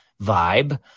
vibe